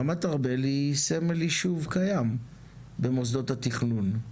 רמת ארבל הוא סמל ישוב קיים במוסדות התכנון.